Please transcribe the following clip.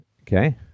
Okay